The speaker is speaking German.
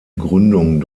gründung